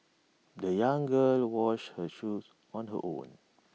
the young girl washed her shoes on her own